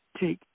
take